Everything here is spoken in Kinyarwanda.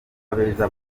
abeza